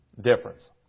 difference